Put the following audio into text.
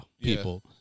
people